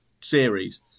series